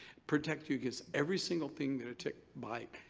protect you against every single thing that a tick bite,